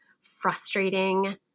frustrating